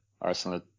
Arsenal